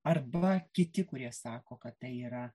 arba kiti kurie sako kad tai yra